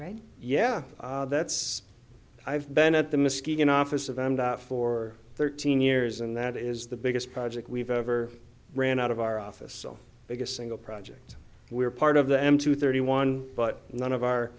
right yeah that's i've been at the muskegon office of and for thirteen years and that is the biggest project we've ever ran out of our office biggest single project we're part of the m two thirty one but none of our